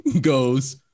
goes